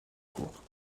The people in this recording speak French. cours